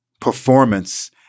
performance